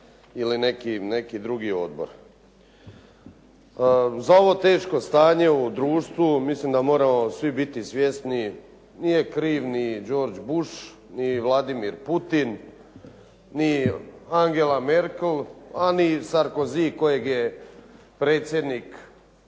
ili neki drugi odbor. Za ovo teško stanje u društvu mislim da moramo svi biti svjesni, nije kriv ni George Bush, ni Vladimir Putin, ni Angela Merkel, a ni Sarkozy kojeg je predsjednik Vlade